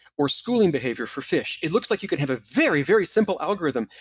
or schooling behavior for fish, it looks like you could have a very, very simple algorithm.